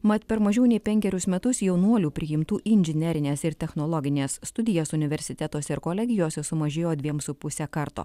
mat per mažiau nei penkerius metus jaunuolių priimtų į inžinerines ir technologines studijas universitetuose ir kolegijose sumažėjo dviem su puse karto